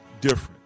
different